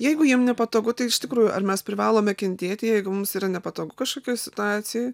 jeigu jiem nepatogu tai iš tikrųjų ar mes privalome kentėti jeigu mums yra nepatogu kažkokioj situacijoj